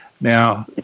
Now